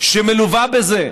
שמלווה בזה,